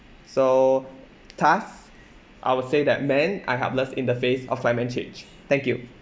so thus I would say that men are helpless in the face of climate change thank you